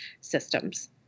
systems